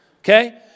okay